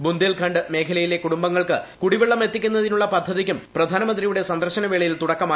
ബുന്ധേൽ ഖണ്ഡ് മേഖലയിലെ കുടുംബങ്ങൾക്ക് കുടിവെള്ളം എത്തിക്കുന്നതിനുളള പദ്ധതിയ്ക്കും പ്രധാനമന്ത്രിയുടെ സന്ദർശന വേളയിൽ തുടക്കമായി